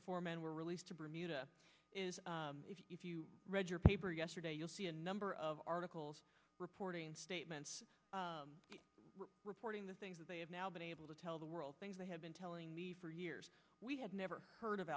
the four men were released to bermuda is if you read your paper yesterday you'll see a number of articles reporting statements reporting the things that they have now been able to tell the world things they have been telling me for years we have never heard of